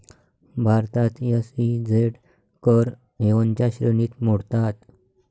भारतात एस.ई.झेड कर हेवनच्या श्रेणीत मोडतात